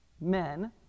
men